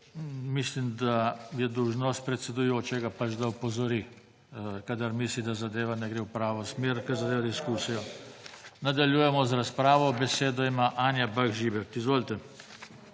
Mislim, da je dolžnost predsedujočega pač, da opozori, kadar misli, da zadeva ne gre v pravo smer, kar zadeva diskusijo. Nadaljujemo z razpravo. Besedo ima Anja Bah Žibert.